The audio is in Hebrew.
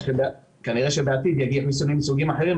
כנראה שבעתיד יגיעו חיסונים מסוגים אחרים,